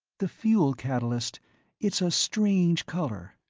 the fuel catalyst it's a strange color,